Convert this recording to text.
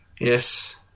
Yes